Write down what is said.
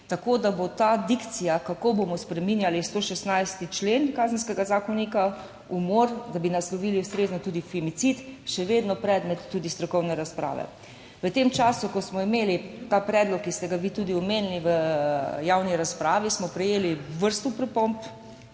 tako da bo ta dikcija, kako bomo spreminjali 116. člen Kazenskega zakonika, umor, da bi naslovili ustrezno tudi femicid, še vedno predmet tudi strokovne razprave. V tem času, ko smo imeli ta predlog, ki ste ga vi tudi omenili, v javni razpravi, smo prejeli vrsto pripomb,